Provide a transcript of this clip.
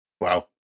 Wow